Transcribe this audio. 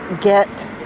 get